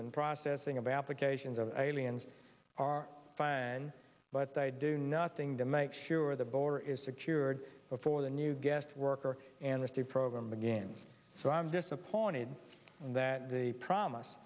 and processing of applications of aliens are fine but they do nothing to make sure the border is secured before the new guest worker and receive program again so i'm disappointed that the promise